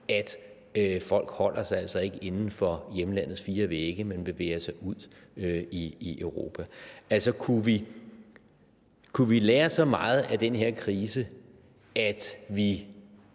at folk ikke holder sig inden for hjemlandets fire vægge, men bevæger sig ud i Europa. Kunne vi bruge læringen af den her krise så